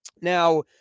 Now